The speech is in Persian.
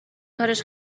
کارش